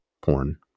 porn